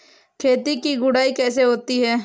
खेत की गुड़ाई कैसे होती हैं?